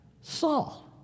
Saul